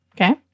Okay